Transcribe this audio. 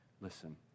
Listen